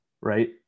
right